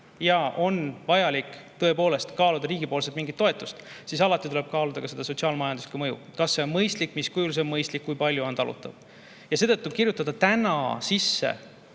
ja on vaja tõepoolest kaaluda mingit riigipoolset toetust, siis alati tuleb kaaluda ka sotsiaal-majanduslikku mõju: kas see on mõistlik, mis kujul see on mõistlik, kui palju on talutav. Seetõttu kirjutada täna sisse